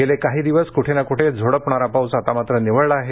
गेले काही दिवस कुठे ना कुठे झोडपणारा पाऊस आता मात्र निवळला आहे